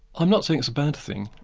i'm not saying it's a bad thing,